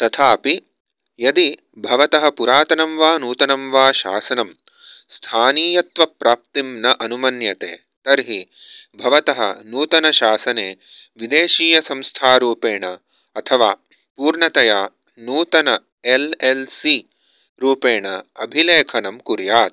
तथापि यदि भवतः पुरातनं वा नूतनं वा शासनम् स्थानीयत्वप्राप्तिं न अनुमन्यते तर्हि भवतः नूतनशासने विदेशीयसंस्थारूपेण अथवा पूर्णतया नूतन एल् एल् सी रूपेण अभिलेखनं कुर्यात्